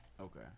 Okay